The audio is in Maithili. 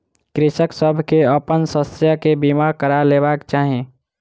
कृषक सभ के अपन शस्य के बीमा करा लेबाक चाही